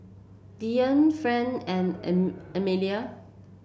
Daryle Franz and an Amalie